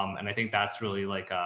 um and i think that's really like a.